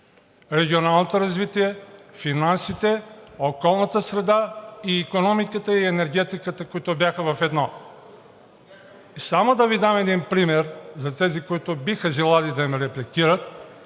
регионалното развитие, финансите, околната среда, икономиката и енергетиката, които бяха в едно. Само да дам един пример за тези, които биха желали да ме репликират.